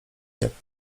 jak